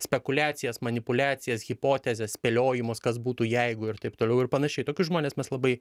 spekuliacijas manipuliacijas hipotezes spėliojimus kas būtų jeigu ir taip toliau ir panašiai tokius žmones mes labai